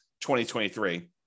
2023